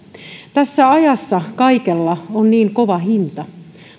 tässä ajassa kaikella on niin kova hinta